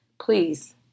please